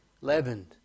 leavened